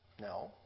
No